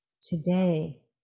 today